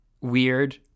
weird